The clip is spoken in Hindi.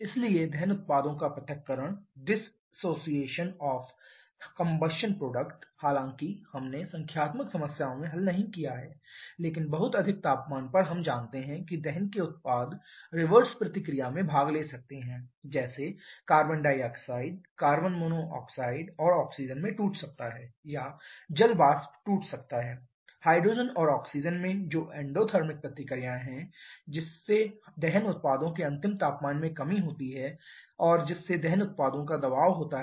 इसलिए दहन उत्पादों का पृथक्करण हालांकि हमने संख्यात्मक समस्याओं में हल नहीं किया है लेकिन बहुत अधिक तापमान पर हम जानते हैं कि दहन के उत्पाद रिवर्स प्रतिक्रिया में भाग ले सकते हैं जैसे कार्बन डाइऑक्साइड कार्बन मोनोऑक्साइड और ऑक्सीजन में टूट सकता है या जल वाष्प टूट सकता है हाइड्रोजन और ऑक्सीजन में जो एंडोथर्मिक प्रतिक्रियाएं हैं जिससे दहन उत्पादों के अंतिम तापमान में कमी होती है और जिससे दहन उत्पादों का दबाव होता है